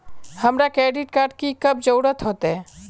हमरा credit card की कब जरूरत होते?